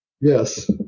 Yes